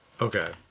Okay